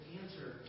answer